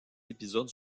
épisodes